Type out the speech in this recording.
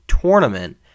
tournament